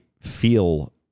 feel